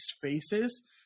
faces